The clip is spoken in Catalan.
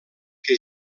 que